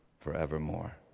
forevermore